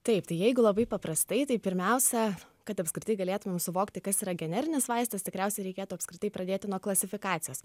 taip tai jeigu labai paprastai tai pirmiausia kad apskritai galėtumėm suvokti kas yra generinis vaistas tikriausiai reikėtų apskritai pradėti nuo klasifikacijos